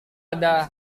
ada